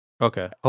Okay